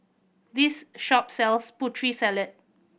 this shop sells Putri Salad